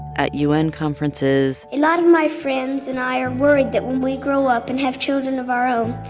at u n. conferences. a lot of my friends and i are worried that when we grow up and have children of our own,